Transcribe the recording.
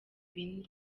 bine